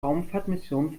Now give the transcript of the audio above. raumfahrtmissionen